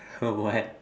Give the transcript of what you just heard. what